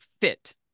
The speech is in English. fit